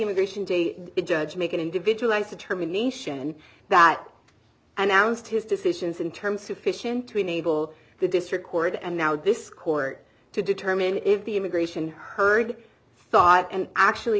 immigration to a judge make an individualized determination that an ounce of his decisions in terms sufficient to enable the district court and now this court to determine if the immigration heard thought and actually